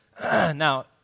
Now